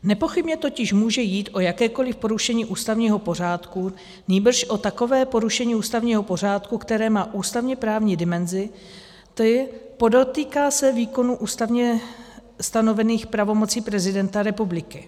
Nepochybně totiž nemůže jít o jakékoliv porušení ústavního pořádku, nýbrž o takové porušení ústavního pořádku, které má ústavněprávní dimenzi, to je dotýká se výkonu ústavně stanovených pravomocí prezidenta republiky.